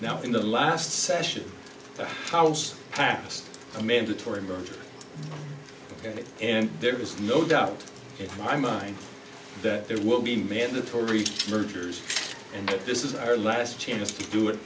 now in the last session perhaps a mandatory merger and there is no doubt in my mind that there will be mandatory mergers and that this is our last chance to do it